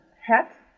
hat